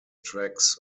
tracks